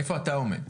איפה אתה עומד?